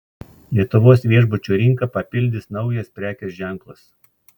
lietuvos viešbučių rinką papildys naujas prekės ženklas